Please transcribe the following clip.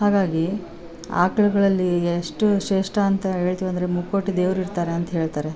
ಹಾಗಾಗಿ ಆಕಳುಗಳಲ್ಲಿ ಎಷ್ಟು ಶ್ರೇಷ್ಠ ಅಂತ ಹೇಳ್ತೀವೆಂದ್ರೆ ಮುಕ್ಕೋಟಿ ದೇವರಿರ್ತಾರೆ ಅಂತ ಹೇಳ್ತಾರೆ